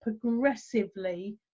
progressively